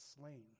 slain